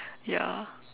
ya